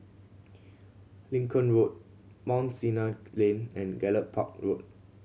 Lincoln Road Mount Sinai Lane and Gallop Park Road